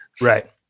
Right